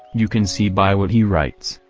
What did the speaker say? you can see by what he writes,